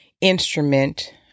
instrument